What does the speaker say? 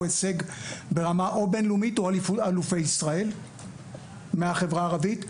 הישג ברמה או בינלאומית או אלופי ישראל מהחברה הערבית,